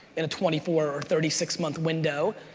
in a twenty four or thirty six month window,